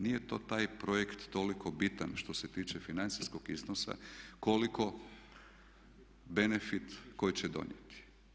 Nije to taj projekt toliko bitan što se tiče financijskog iznosa koliko benefit koji će donijeti.